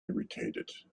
irritated